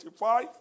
25